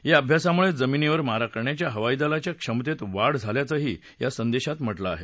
या अभ्यासामुळे जमिनीवर मारा करण्याच्या हवाईदलाच्या क्षमतेत वाढ झाल्याचंही या संदेशात म्हटलं आहे